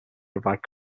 provide